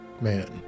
man